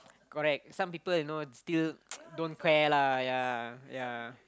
correct some people you know still don't care lah yea yea